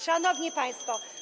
Szanowni Państwo!